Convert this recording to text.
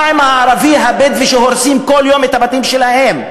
מה עם הערבים הבדואים שהורסים כל יום את הבתים שלהם?